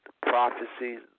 prophecies